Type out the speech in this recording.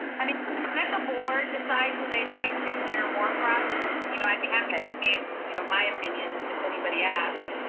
i mean let the board decide who'd they'd like to hear more from. and you know i'd be happy kind of you know my opinions, if anybody asks.